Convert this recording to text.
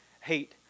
hate